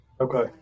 Okay